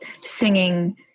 singing